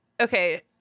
okay